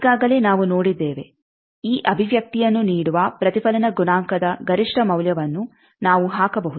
ಈಗಾಗಲೇ ನಾವು ನೋಡಿದ್ದೇವೆ ಈ ಅಭಿವ್ಯಕ್ತಿಯನ್ನು ನೀಡುವ ಪ್ರತಿಫಲನ ಗುಣಾಂಕದ ಗರಿಷ್ಠ ಮೌಲ್ಯವನ್ನು ನಾವು ಹಾಕಬಹುದು